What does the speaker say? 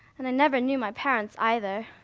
and i never knew my parents either.